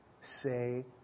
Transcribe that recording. say